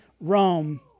Rome